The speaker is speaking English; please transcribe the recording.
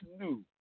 new